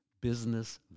business